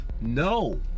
No